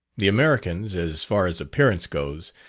the americans, as far as appearance goes,